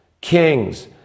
kings